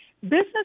business